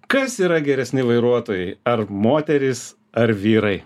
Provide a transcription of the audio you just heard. kas yra geresni vairuotojai ar moterys ar vyrai